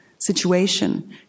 situation